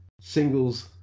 singles